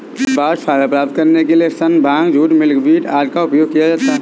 bast fibre प्राप्त करने के लिए सन, भांग, जूट, मिल्कवीड आदि का उपयोग किया जाता है